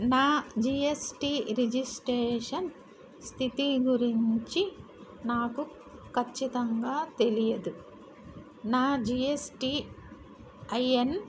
నా GST registration స్థితి గురించి నాకు ఖచ్చితంగా తెలియదు నా జీఎస్టీఐఎన్